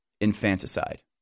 infanticide